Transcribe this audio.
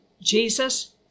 Jesus